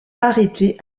arrêté